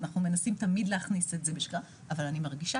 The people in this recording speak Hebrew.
אנחנו מנסים תמיד להכניס את זה בשגרה אבל אני מרגישה